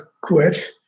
quit